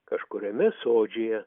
kažkuriame sodžiuje